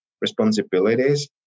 responsibilities